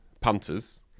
punters